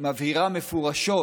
הבהירה מפורשות